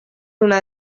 una